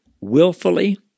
willfully